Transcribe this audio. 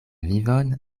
vivon